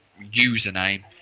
username